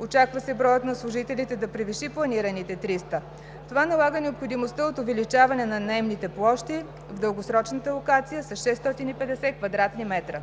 Oчаква се броят на служителите да превиши планираните 300. Това налага необходимостта от увеличаване на наеманите площи в дългосрочната локация с 650 кв. м.